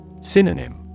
Synonym